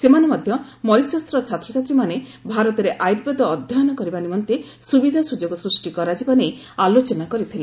ସେମାନେ ମଧ୍ୟ ମରିସସ୍ର ଛାତ୍ରଛାତ୍ରୀମାନେ ଭାରତରେ ଆୟୁର୍ବେଦ ଅଧ୍ୟୟନ କରିବା ନିମନ୍ତେ ସୁବିଧା ସୁଯୋଗ ସୃଷ୍ଟି କରାଯିବା ନେଇ ଆଲୋଚନା କରିଥିଲେ